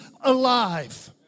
alive